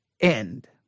end